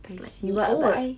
I see oh